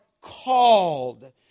called